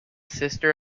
sister